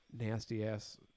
nasty-ass